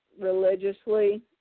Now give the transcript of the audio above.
Religiously